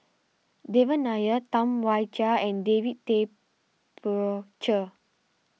Devan Nair Tam Wai Jia and David Tay Poey Cher